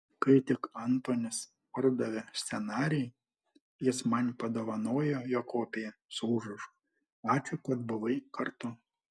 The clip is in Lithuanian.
kai tik antonis pardavė scenarijų jis man padovanojo jo kopiją su užrašu ačiū kad buvai kartu